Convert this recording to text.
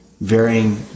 varying